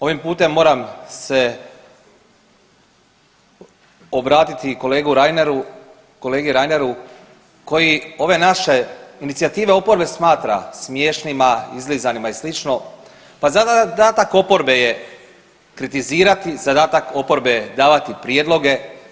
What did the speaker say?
Ovim putem moram se obratiti kolegi Reineru koji ove naše inicijative oporbe smatra smiješnima, izlizanima i sl. pa zadatak oporbe je kritizirati, zadatak oporbe je davati prijedloge.